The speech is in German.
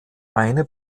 eine